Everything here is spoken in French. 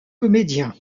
comédien